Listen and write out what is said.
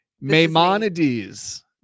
Maimonides